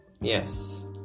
yes